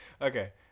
okay